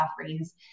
offerings